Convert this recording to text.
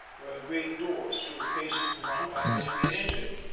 where a great door stood facing the one by which we had entered.